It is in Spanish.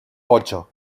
ocho